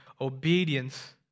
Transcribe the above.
obedience